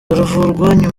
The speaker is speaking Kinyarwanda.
nyuma